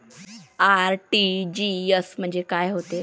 RTGS म्हंजे काय होते?